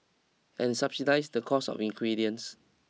and subsidise the cost of ingredients